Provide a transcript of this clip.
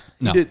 no